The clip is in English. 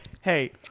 hey